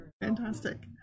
Fantastic